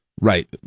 Right